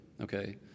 okay